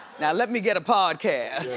now let me get a podcast.